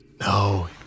No